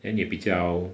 then 也比较